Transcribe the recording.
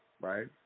right